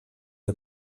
der